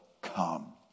come